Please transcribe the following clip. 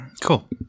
cool